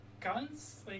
Guns